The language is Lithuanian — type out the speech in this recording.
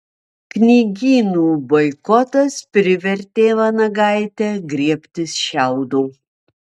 knygynų boikotas privertė vanagaitę griebtis šiaudo